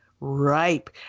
ripe